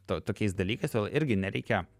to tokiais dalykais todėl irgi nereikia